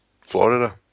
Florida